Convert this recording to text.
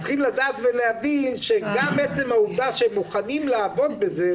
צריך לדעת ולהבין שגם עצם העובדה שהם מוכנים לעבוד בזה,